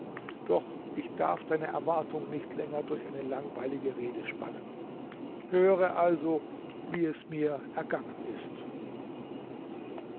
doch ich darf deine erwartung nicht länger durch eine langweilige rede spannen höre also wie es mir ergangen ist